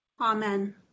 Amen